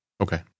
Okay